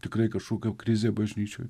tikrai kašokia krizė bažnyčioj